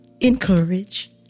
encourage